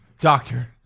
Doctor